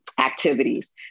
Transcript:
activities